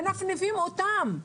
מנפנפים אותם.